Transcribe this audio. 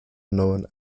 known